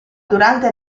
durante